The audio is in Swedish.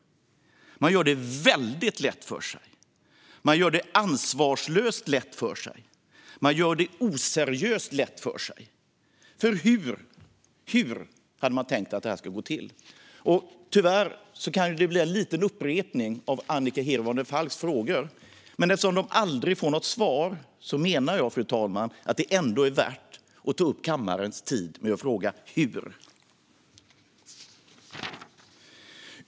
Man gör det väldigt lätt för sig. Man gör det ansvarslöst lätt för sig. Man gör det oseriöst lätt för sig. Hur har man tänkt att det här ska gå till? Tyvärr kan det bli en liten upprepning av Annika Hirvonen Falks frågor. Men eftersom de aldrig får något svar menar jag, fru talman, att det ändå är värt att ta upp kammarens tid med att fråga: Hur?